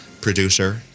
producer